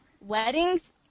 weddings